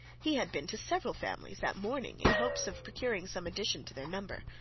he had been to several families that morning in hopes of procuring some addition to their number,